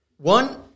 one